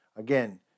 Again